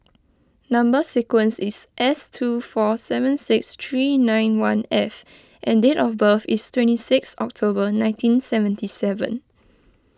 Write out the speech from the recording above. Number Sequence is S two four seven six three nine one F and date of birth is twenty sixth October nineteen seventy seven